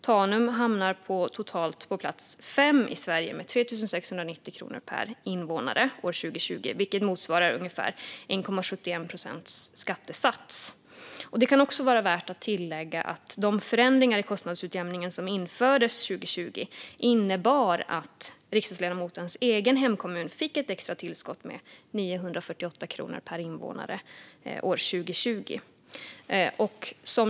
Tanum hamnar på totalt plats fem i Sverige med 3 690 kronor per invånare år 2020, vilket motsvarar ungefär 1,71 procents skattesats. Det kan också vara värt att tillägga att de förändringar i kostnadsutjämningen som infördes 2020 innebar att riksdagsledamotens egen hemkommun fick ett extra tillskott med 948 kronor per invånare år 2020.